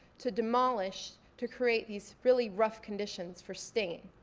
to demolish, to create these really rough conditions for staying.